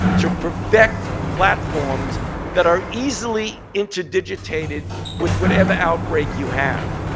to perfect platforms that are easily interdigitated with whatever outbreak you have.